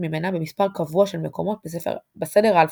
ממנה במספר קבוע של מקומות בסדר האלפביתי,